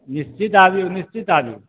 निश्चित आबु निश्चित आबु